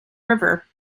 river